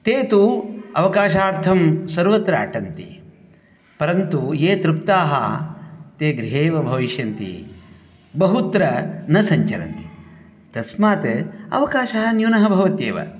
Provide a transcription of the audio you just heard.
ते तु अवकाशार्थं सर्वत्र अटन्ति परन्तु ये तृप्ताः ते गृहे एव भविष्यन्ति बहुत्र न सञ्चरन्ति तस्मात् अवकाशः न्यूनः भवत्येव